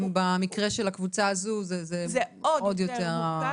במקרה של הקבוצה הזו זה אפילו עוד יותר,